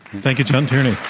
thank you, john tierney.